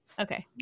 Okay